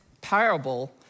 parable